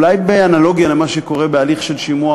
אולי באנלוגיה למה שקורה בהליך של שימוע,